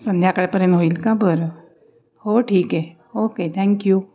संध्याकाळपर्यंत होईल का बरं हो ठीक आहे ओके थँक्यू